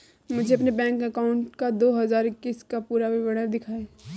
मुझे अपने bank account का दो हज़ार इक्कीस का पूरा विवरण दिखाएँ?